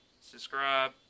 subscribe